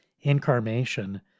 incarnation